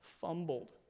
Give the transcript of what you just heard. fumbled